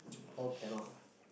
all cannot lah